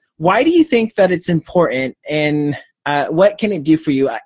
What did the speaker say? why do you think that it's important, and what can it do for you?